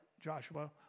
Joshua